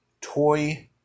toy